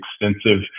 extensive